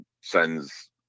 sends